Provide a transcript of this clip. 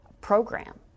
program